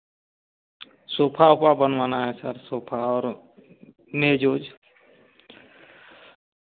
sofa उफा बनवाना है सर सोफा और मेज ओज